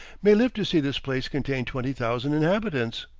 may live to see this place contain twenty thousand inhabitants.